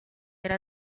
era